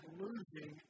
losing